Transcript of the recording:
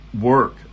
work